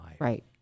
Right